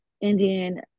Indian